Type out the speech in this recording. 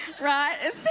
right